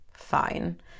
fine